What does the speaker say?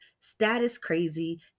status-crazy